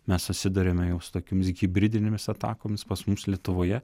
mes susiduriame jau su tokiomis hibridinėmis atakomis pas mus lietuvoje